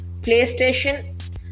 PlayStation